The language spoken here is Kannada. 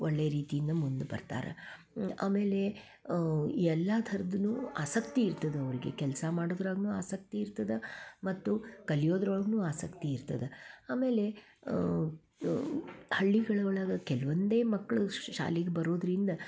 ಒಳ್ಳೆಯ ರೀತಿಯಿಂದ ಮುಂದೆ ಬರ್ತಾರ ಆಮೇಲೆ ಎಲ್ಲಾ ಥರ್ದು ಆಸಕ್ತಿ ಇರ್ತದೆ ಅವರಿಗೆ ಕೆಲಸ ಮಾಡುದ್ರಾಗೂ ಆಸಕ್ತಿ ಇರ್ತದ ಮತ್ತು ಕಲಿಯೋದ್ರೊಳಗೂ ಆಸಕ್ತಿ ಇರ್ತದ ಆಮೇಲೆ ಹಳ್ಳಿಗಳ ಒಳಗೆ ಕೆಲ್ವೊಂದೇ ಮಕ್ಕಳು ಶಾಲೆಗೆ ಬರೋದರಿಂದ